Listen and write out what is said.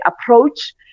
approach